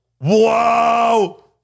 Wow